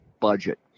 budget